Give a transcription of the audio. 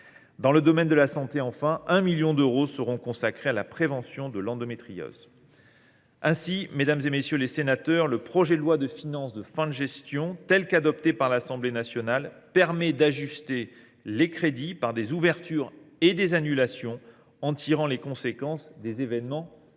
Dans le domaine de la santé, 1 million d’euros seront consacrés à la prévention de l’endométriose. Ainsi, mesdames, messieurs les sénateurs, ce projet de loi de finances de fin de gestion, tel qu’il a été adopté par l’Assemblée nationale, permet d’ajuster les crédits par des ouvertures et des annulations, en tirant les conséquences des événements de